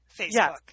Facebook